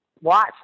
watch